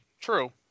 true